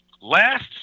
last